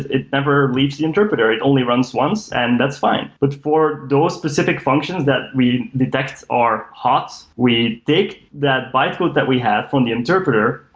it never leaves the interpreter. it only runs once and that's fine. but for those specific functions that we detect are hot, we take that bytecode that we have from the interpreter,